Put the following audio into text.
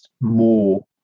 more